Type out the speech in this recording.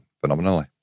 phenomenally